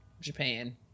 Japan